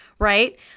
Right